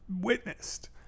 witnessed